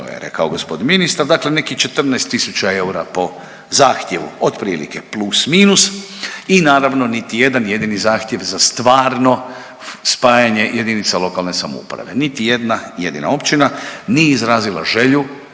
rekao g. ministar, dakle nekih 14 tisuća eura po zahtjeva otprilike plus minus i naravno niti jedan jedini zahtjev za stvarno spajanje JLS, niti jedna jedina općina nije izrazila želju